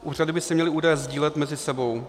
Úřady by si měly údaje sdílet mezi sebou.